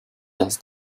does